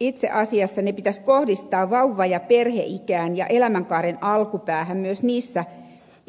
itse asiassa ne pitäisi kohdistaa vauva ja perheikään ja elämänkaaren alkupäähän sekä myös